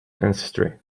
ancestry